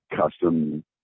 custom